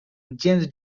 james